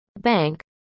Bank